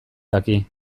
daki